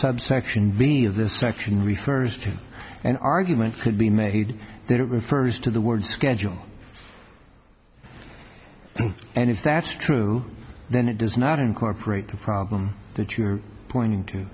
subsection b of this section refers to an argument could be made that it refers to the word schedule and if that's true then it does not incorporate the problem that you are pointing to